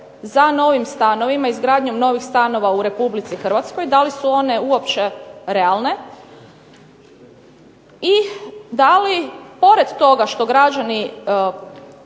za novim stanovima, izgradnjom novih stanova u RH. Da li su one uopće realne? I da li pored toga što građani